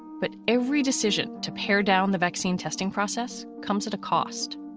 but every decision to pare down the vaccine testing process comes at a cost.